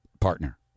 partner